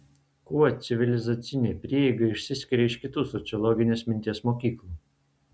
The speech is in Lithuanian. kuo civilizacinė prieiga išsiskiria iš kitų sociologinės minties mokyklų